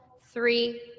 three